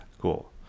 cool